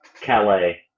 Calais